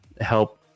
help